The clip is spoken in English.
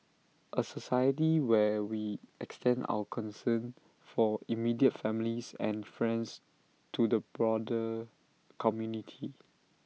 A society where we extend our concern for immediate families and friends to the broader community